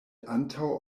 antaŭ